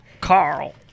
Carl